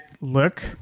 look